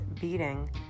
beating